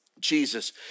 Jesus